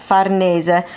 Farnese